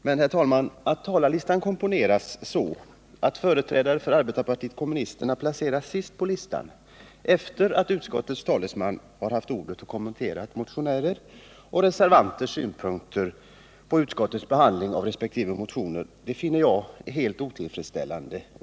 Men, herr talman, att talarlistan komponeras så, att företrädare för arbetarpartiet kommunisterna placeras sist på listan och efter det att utskottets talesman haft ordet och kommenterat motionärers och reservanters synpunkter på utskottets behandling av resp. motioner, finner jag helt otillfredsställande.